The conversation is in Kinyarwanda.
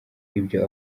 ibyo